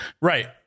Right